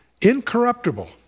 incorruptible